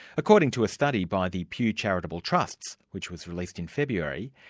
according to a study by the pew charitable trusts which was released in february,